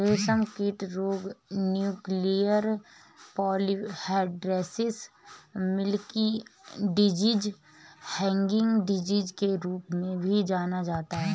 रेशमकीट रोग nuclear polyhedrosis, milky disease, hanging disease के रूप में भी जाना जाता है